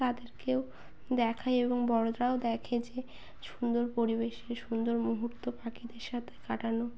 তাদেরকেও দেখায় এবং বড়োরাও দেখে যে সুন্দর পরিবেশে সুন্দর মুহূর্ত পাখিদের সাথে কাটানো